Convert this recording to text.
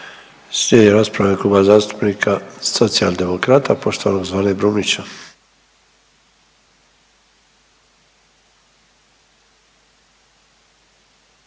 Slijedi rasprava u ime Kluba zastupnika Socijaldemokrata, poštovanog Zvane Brumnića.